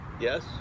yes